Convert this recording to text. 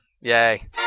Yay